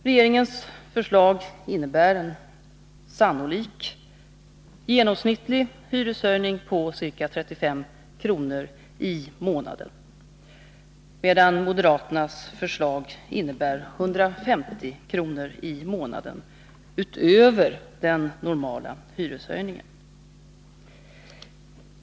Regeringens förslag innebär en sannolik genomsnittlig hyreshöjning på ca 35 kr. i månaden, medan moderaternas förslag innebär 150 kr. i månaden — utöver den normala hyreshöjningen.